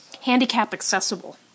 handicap-accessible